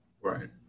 Right